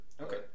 Okay